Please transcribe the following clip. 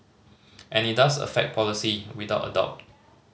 and it does affect policy without a doubt